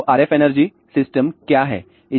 तो RF energy system क्या है